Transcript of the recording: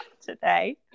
today